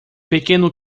pequeno